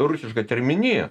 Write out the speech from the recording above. rusišką terminiją